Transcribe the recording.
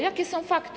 Jakie są fakty?